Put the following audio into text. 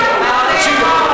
בלי תוכן.